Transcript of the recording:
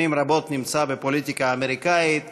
שנים רבות נמצא בפוליטיקה האמריקנית